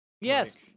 Yes